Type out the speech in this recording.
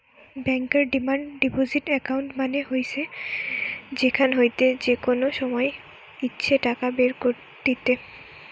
বেঙ্কর demand deposit account মানে হইসে যেখান হইতে যে কোনো সময় ইচ্ছে টাকা বের কত্তিছে